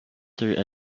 through